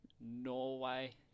Norway